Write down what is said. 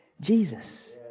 Jesus